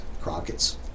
Crockett's